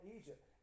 Egypt